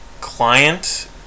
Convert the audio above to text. Client